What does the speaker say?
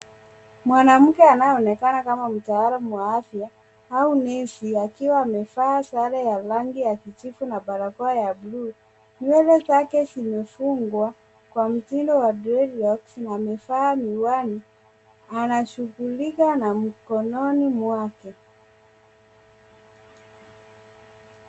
Mwanamke anayeonekana kama mtaalam wa afya au nesi akiwa amevaa sare ya rangi ya kijivu na barakoa ya blue .Nywele zake zimefungwa kwa mtindo wa dreadlocks na amevaa miwani. Anashughulika na mkononi mwake.